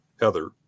Heather